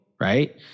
Right